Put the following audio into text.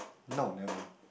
no never